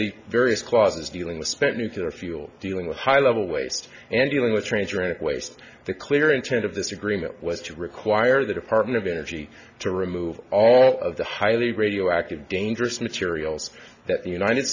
the various clauses dealing with spent nuclear fuel dealing with high level waste and dealing with stranger and waste the clear intent of this agreement was to require the department of energy to remove all of the highly radioactive dangerous materials that the united